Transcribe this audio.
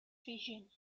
vision